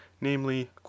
namely